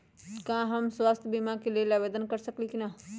का हम स्वास्थ्य बीमा के लेल आवेदन कर सकली ह की न?